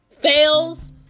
fails